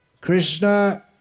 Krishna